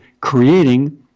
creating